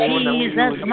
Jesus